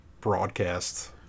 broadcast